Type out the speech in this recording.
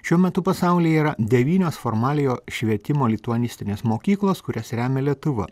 šiuo metu pasaulyje yra devynios formaliojo švietimo lituanistinės mokyklos kurias remia lietuva